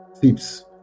Tips